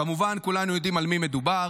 כמובן, כולנו יודעים על מי מדובר.